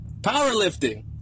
Powerlifting